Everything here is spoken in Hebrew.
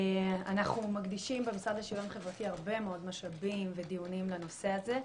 אנחנו מקדישים במשרד לשוויון חברתי הרבה מאוד משאבים ודיונים לנושא הזה.